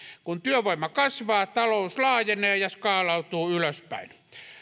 kun työvoima kasvaa talous laajenee ja skaalautuu ylöspäin